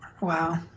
Wow